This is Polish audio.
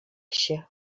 się